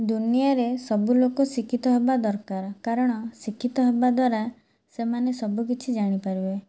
ଦୁନିଆରେ ସବୁ ଲୋକ ଶିକ୍ଷିତ ହେବା ଦରକାର କାରଣ ଶିକ୍ଷିତ ହେବାଦ୍ୱାରା ସେମାନେ ସବୁ କିଛି ଜାଣି ପାରିବେ